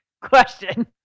question